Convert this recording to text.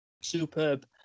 superb